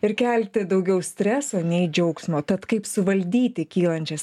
ir kelti daugiau streso nei džiaugsmo tad kaip suvaldyti kylančias